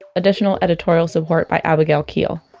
additional editorial support by abigail keel.